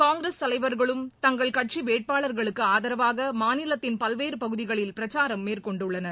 காங்கிரஸ் தலைவர்களும் தங்கள் கட்சி வேட்பாளர்களுக்கு ஆதரவாக மாநிலத்தின் பல்வேறு பகுதிகளில் பிரச்சாரம் மேற்கொண்டுள்ளனர்